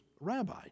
rabbi